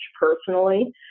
personally